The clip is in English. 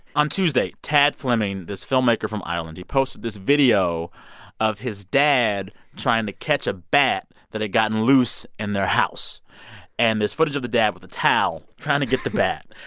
on tuesday, tadhg fleming this filmmaker from ireland he posts this video of his dad trying to catch a bat that had gotten loose in their house and this footage of the dad with a towel trying to get the bat.